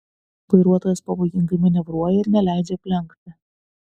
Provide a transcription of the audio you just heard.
vairuotojas pavojingai manevruoja ir neleidžia aplenkti